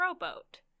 rowboat